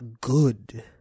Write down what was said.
good